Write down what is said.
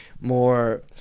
more